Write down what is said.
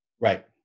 Right